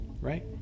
right